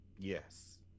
Yes